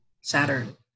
Saturn